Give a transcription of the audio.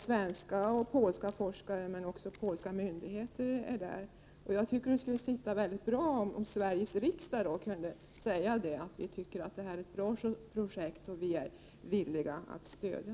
Svenska och polska forskare, men också representanter för polska myndigheter är där. Jag tycker det skulle sitta mycket bra om Sveriges riksdag kunde säga att detta är ett bra projekt som vi är villiga att stödja.